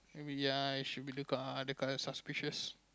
I mean ya it should be the car the colour's suspicious